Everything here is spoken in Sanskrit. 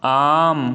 आम्